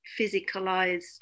physicalized